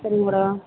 சரிங்க மேடம்